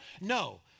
No